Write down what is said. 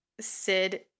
Sid